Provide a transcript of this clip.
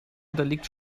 unterliegt